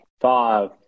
five